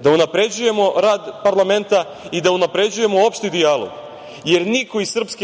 da unapređujemo rad parlamenta i da unapređujemo opšti dijalog. Niko iz SNS